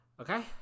Okay